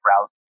route